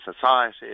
society